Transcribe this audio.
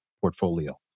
portfolio